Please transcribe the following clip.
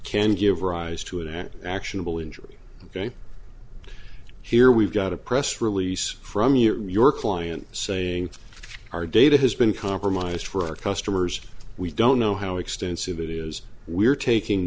can give rise to an actionable injury ok here we've got a press release from you or your client saying our data has been compromised for our customers we don't know how extensive it is we are taking